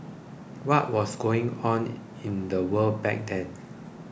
what was going on in the world back then